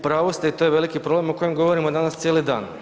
U pravu ste i to je veliki problem o kojem govorimo danas cijeli dan.